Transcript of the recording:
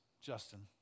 Justin